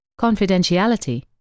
confidentiality